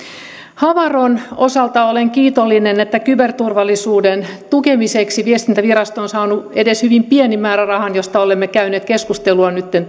havaron osalta olen kiitollinen että kyberturvallisuuden tukemiseksi viestintävirasto on saanut edes hyvin pienen määrärahan josta olemme käyneet keskustelua